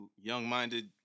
young-minded